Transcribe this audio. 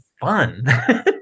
fun